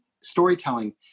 storytelling